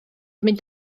mynd